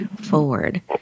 forward